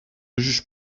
juge